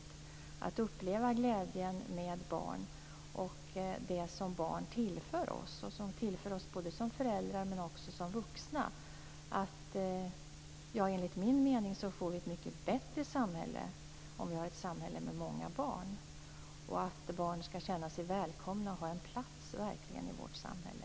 Det handlar om att uppleva glädjen med barn och om det som barn tillför oss både som föräldrar och som vuxna. Enligt min mening får vi ett mycket bättre samhälle om vi har ett samhälle med många barn. Barn skall känna sig välkomna och ha en plats i vårt samhälle.